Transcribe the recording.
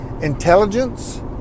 intelligence